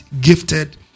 gifted